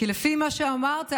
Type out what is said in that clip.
כי לפי מה שאמרת,